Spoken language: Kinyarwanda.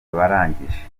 abarangije